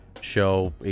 show